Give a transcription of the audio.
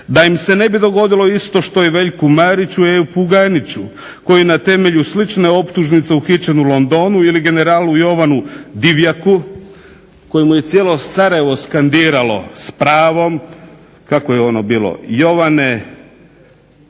da im se ne bi dogodilo isto što i Veljku Mariću i … /Ne razumije se./… koji je na temelju slične optužnice uhićen u Londonu ili generalu Jovanu Divjaku kojemu je cijelo Sarajevo skandiralo s pravom, kako je ono bilo "Jovane